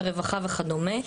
הרווחה וכדומה,